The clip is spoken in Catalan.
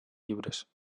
llibres